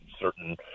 certain